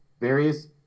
various